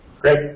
Great